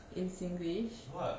in singlish